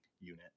unit